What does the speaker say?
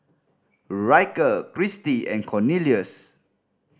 Ryker Christi and Cornelious